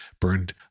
burned